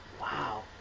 Wow